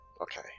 Okay